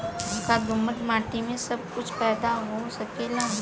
का दोमट माटी में सबही कुछ पैदा हो सकेला?